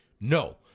No